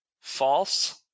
False